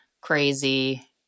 crazy